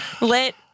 Lit